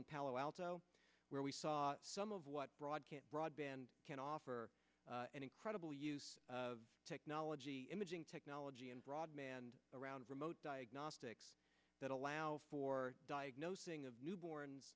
in palo alto where we saw some of what brought broadband can offer an incredible use of technology imaging technology and broad man around remote diagnostics that allow for diagnosing a newborn